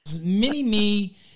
Mini-Me